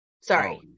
sorry